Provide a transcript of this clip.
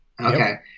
Okay